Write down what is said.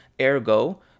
ergo